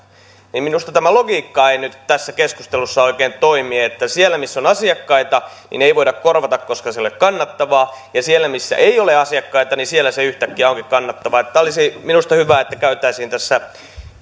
minusta tämä logiikka ei nyt tässä keskustelussa oikein toimi siellä missä on asiakkaita ei voida korvata koska se ei ole kannattavaa ja siellä missä ei ole asiakkaita se yhtäkkiä onkin kannattavaa olisi minusta hyvä että käytäisiin tässä